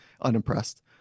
Unimpressed